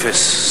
אפס,